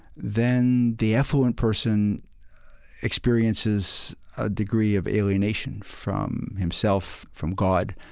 then the affluent person experiences a degree of alienation from himself, from god,